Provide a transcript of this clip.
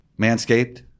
Manscaped